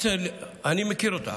אני מכיר אותך,